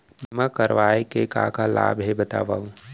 बीमा करवाय के का का लाभ हे बतावव?